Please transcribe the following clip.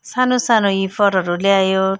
सानो सानो हिफरहरू ल्यायो